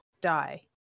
die